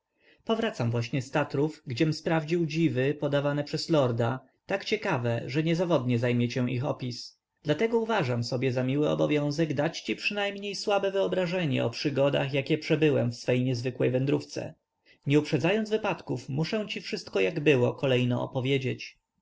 rzeczywistością powracam właśnie z tatrów gdziem sprawdził dziwy podane przez lorda tak ciekawe że niezawodnie zajmie cię ich opis dlatego uważam sobie za miły obowiązek dać ci przynajmniej słabe wyobrażenie o przygodach jakie przebyłem w swojej niezwykłej wędrówce nie uprzedzając wypadków muszę ci wszystko jak było kolejno opowiedzieć